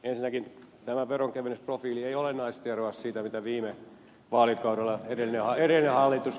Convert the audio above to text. ensinnäkin tämä veronkevennysprofiili ei olennaisesti eroa siitä mitä viime vaalikaudella edellinen hallitus teki